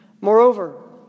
Moreover